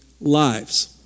lives